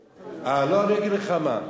לא, אני אגיד לך מה.